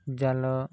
ଜାଲ